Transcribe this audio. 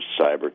cyber